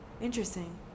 interesting